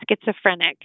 schizophrenic